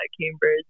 Cambridge